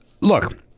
look